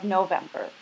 November